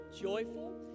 joyful